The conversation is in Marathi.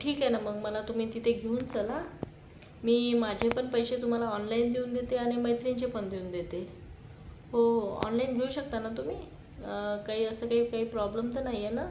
ठीक आहे ना मग मला तुम्ही तिथे घेऊन चला मी माझेपण पैसे तुम्हाला ऑनलाईन देऊन देते आणि मैत्रीणचेपण देऊन देते हो हो ऑनलाईन घेऊ शकता ना तुम्ही काही असं काही काही प्रॉब्लम तर नाहीये ना